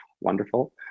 wonderful